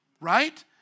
right